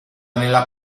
nella